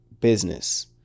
business